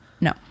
no